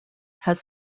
has